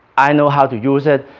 i know how to use it,